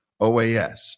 OAS